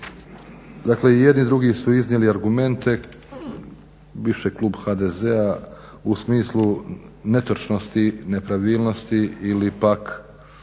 Dakle i jedni i drugi su iznijeli argumente, više klub HDZ-a u smislu netočnosti, nepravilnosti ili pak